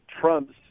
Trump's